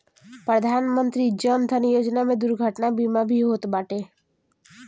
प्रधानमंत्री जन धन योजना में दुर्घटना बीमा भी होत बाटे